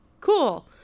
cool